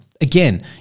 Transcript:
Again